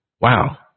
Wow